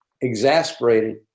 exasperated